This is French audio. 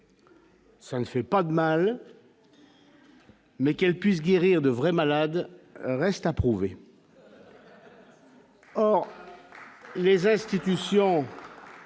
ça ne fait pas de mal. Mais qu'elle puisse guérir de vrais malades reste à prouver. Or les institutions.